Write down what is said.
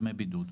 דמי בידוד):